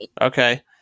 Okay